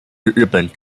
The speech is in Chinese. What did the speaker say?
日本